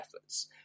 efforts